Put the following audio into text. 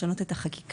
לשנות את החקיקה,